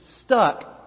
stuck